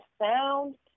sound